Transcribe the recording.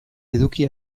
eduki